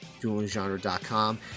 DuelingGenre.com